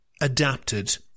adapted